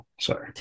sorry